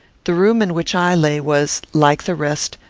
the room in which i lay was, like the rest,